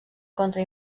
contra